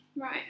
Right